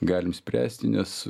galim spręsti nes